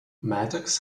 maddox